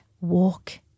walk